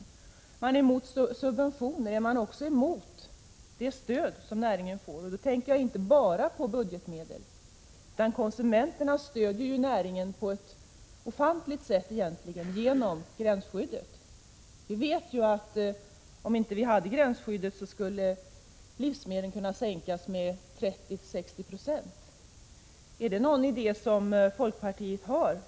Bengt Rosén är emot subventioner och jag vill fråga om han också är emot det stöd som näringen får. Jag tänker då inte bara på budgetmedel. Även konsumenterna stöder ju näringen — det stödet är egentligen ofantligt stort — genom gränsskyddet. Livsmedelspriserna skulle kunna sänkas med 30-60 26, om vi tog bort gränsskyddet. Är det en tanke som finns inom folkpartiet?